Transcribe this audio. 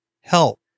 help